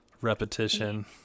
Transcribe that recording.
repetition